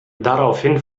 daraufhin